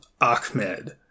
Ahmed